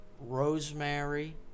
rosemary